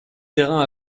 terrains